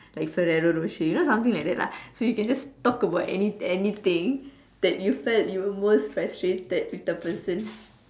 like Ferrero-Rocher you know something like that lah so you can just talk about any anything that you felt you most frustrated with the person